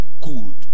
good